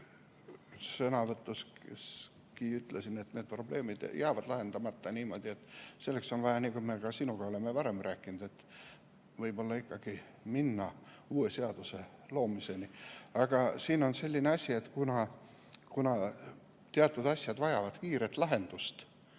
sõnavõtus ütlesin, et need probleemid jäävad lahendamata. Selleks on vaja, nagu me sinuga oleme varem rääkinud, ikkagi minna uue seaduse loomiseni. Aga siin on selline asi, et kuna teatud asjad vajavad kiiret lahendust,